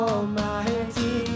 Almighty